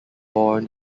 born